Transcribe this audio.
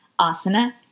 asana